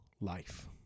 life